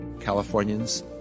Californians